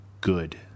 good